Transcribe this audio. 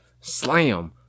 Slam